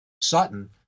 Sutton